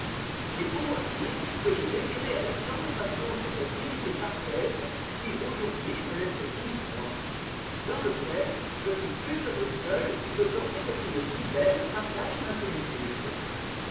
et pouvoir dire que j'ai désiré avec tant de passion cette intimité parfaite qui aujourd'hui me laisse si froid dans le fait je suis plus heureux seul que quand cette fille si belle partage ma solitude